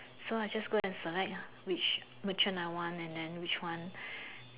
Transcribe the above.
so I just go and select ah which merchant I want and then which one